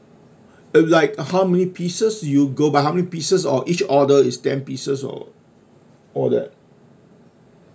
uh like how many pieces you go by how many pieces or each order is ten pieces or all that